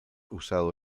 usado